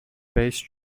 based